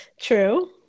True